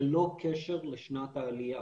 ללא קשר לשנת העלייה.